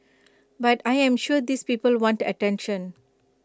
but I am sure these people want attention